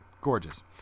Gorgeous